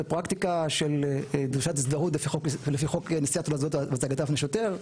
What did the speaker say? זאת פרקטיקה של דרישת הזדהות לפי חוק נשיאת תעודת זהות והצגה לפני שוטר,